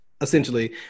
essentially